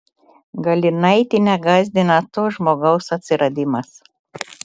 galinaitienę gąsdina to žmogaus atsiradimas